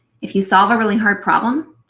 if you solve a really hard problem,